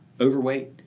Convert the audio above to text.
overweight